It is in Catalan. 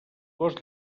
gos